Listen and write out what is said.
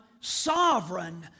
sovereign